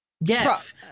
Yes